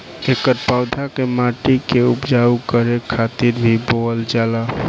एकर पौधा के माटी के उपजाऊ करे खातिर भी बोअल जाला